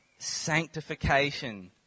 Sanctification